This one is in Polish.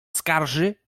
skarży